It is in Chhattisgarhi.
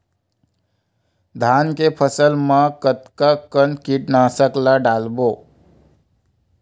धान के फसल मा कतका कन कीटनाशक ला डलबो?